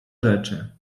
rzeczy